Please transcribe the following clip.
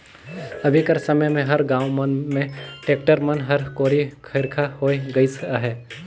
अभी कर समे मे हर गाँव मन मे टेक्टर मन हर कोरी खरिखा होए गइस अहे